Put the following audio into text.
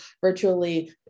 virtually